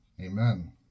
Amen